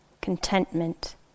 contentment